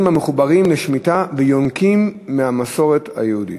המחוברים לשמיטה ויונקים מהמסורת היהודית.